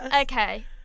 Okay